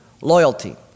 loyalty